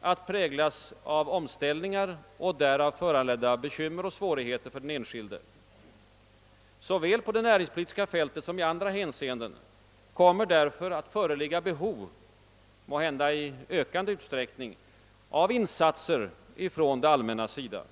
att präglas av omställningar och därav föranledda svårigheter och bekymmer för den enskilde. Såväl på det näringspolitiska fältet som i andra hänseenden kommer det därför att föreligga behov — måhända i ökande utsträckning — av insatser från det allmännas sida.